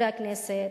חברי הכנסת,